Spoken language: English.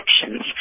actions